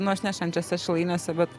nu aš ne šančiuose šilainiuose bet